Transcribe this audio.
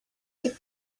keep